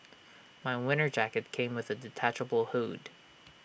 my winter jacket came with A detachable hood